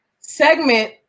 segment